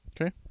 Okay